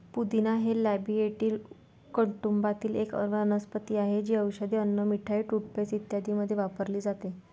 पुदिना हे लॅबिएटी कुटुंबातील एक वनस्पती आहे, जी औषधे, अन्न, मिठाई, टूथपेस्ट इत्यादींमध्ये वापरली जाते